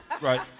right